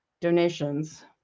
donations